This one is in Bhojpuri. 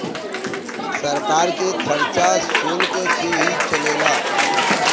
सरकार के खरचा सुल्क से ही चलेला